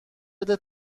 بده